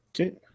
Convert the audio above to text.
Okay